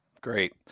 Great